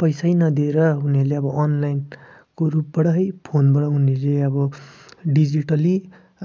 पैसै नदिएर उनीहरूले अब अनलाइन को रूपबाट है फोनबाट उनीहरूले अब डिजिटल्ली